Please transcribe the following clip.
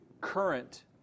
current